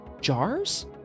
Jars